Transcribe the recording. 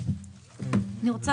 אני רוצה